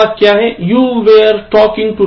You were talking to Rajesh